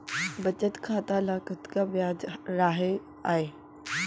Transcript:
बचत खाता ल कतका ब्याज राहय आय?